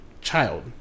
child